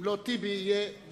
אם לא טיבי, יהיה ביבי.